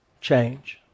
change